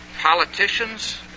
Politicians